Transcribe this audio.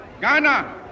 Ghana